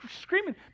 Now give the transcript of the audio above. screaming